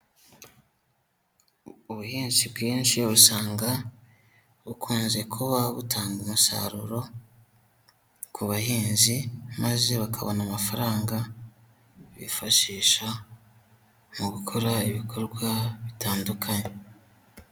Ubuhinzi bwinshi usanga bukunze kuba butanga umusaruro ku bahinzi maze bakabona amafaranga bifashisha mu gukora ibikorwa bitandukanye.